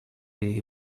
jej